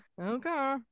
Okay